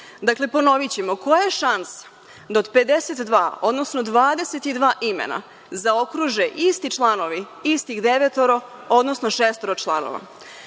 Dakle, ponovićemo, koja je šansa da od 52, odnosno 22 imena zaokruže isti članovi istih devetoro, odnosno šestoro članova? Ja